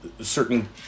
certain